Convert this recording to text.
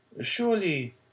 Surely